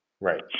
Right